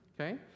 Okay